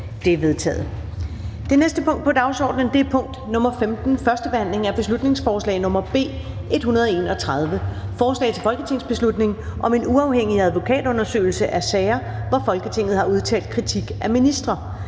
Det næste punkt på dagsordenen er: 15) 1. behandling af beslutningsforslag nr. B 131: Forslag til folketingsbeslutning om en uafhængig advokatundersøgelse af sager, hvor Folketinget har udtalt kritik af ministre.